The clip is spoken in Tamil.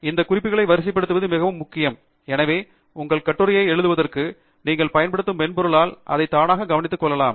இந்த குறிப்புகளை வரிசைப்படுத்துவது மிகவும் முக்கியம் எனவே உங்கள் கட்டுரையை எழுதுவதற்கு நீங்கள் பயன்படுத்தும் மென்பொருளால் அதை தானாக கவனித்துக் கொள்ளலாம்